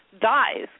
dies